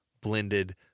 blended